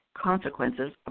consequences